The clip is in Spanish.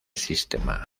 sistema